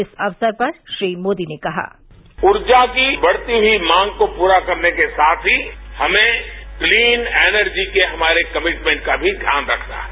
इस अवसर पर श्री मोदी ने कहा र्राजा की बढ़ती हुई मांग को प्ररा करने के साथ ही हमें क्लीन एनर्जी के हमारे कमिटमेंट का भी ध्यान रखना है